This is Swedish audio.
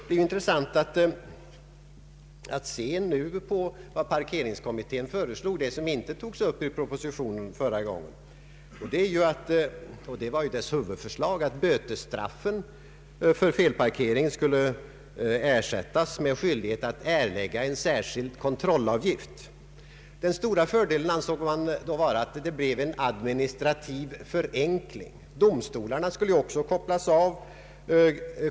Det är intressant att nu se på vad parkeringskommittén föreslog, som inte togs upp i propositionen förra gången, nämligen kommitténs huvudförslag att bötesstraffen för felparkering skulle ersättas med skyldighet att erlägga en särskild kontrollavgift. Den stora fördelen ansåg man då vara att det skulle medföra en administrativ förenkling. Även domstolarna skulle kunna kopplas bort.